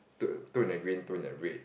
two two in the green two in the red